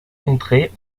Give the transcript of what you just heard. contrer